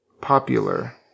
popular